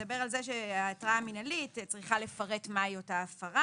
מדבר על כך שההתראה המינהלית צריכה לפרט מהי אותה הפרה